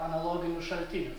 analoginių šaltinių